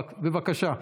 בבקשה,